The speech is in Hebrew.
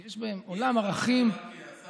יש בה עולם ערכים, מי השר?